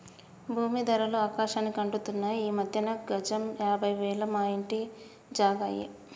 భూమీ ధరలు ఆకాశానికి అంటుతున్నాయి ఈ మధ్యన గజం యాభై వేలు మా ఇంటి జాగా అయ్యే